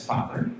Father